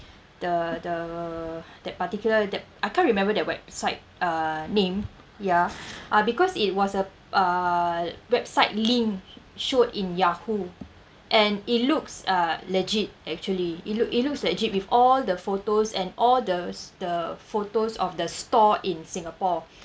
the the that particular that I can't remember their website uh name ya uh because it was a uh website link showed in yahoo and it looks uh legit actually it look it looks legit with all the photos and all those the the photos of the store in singapore